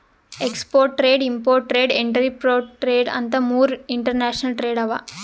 export trade, import trade, entrepot trade ಅಂತ್ ಮೂರ್ international trade ಅವಾ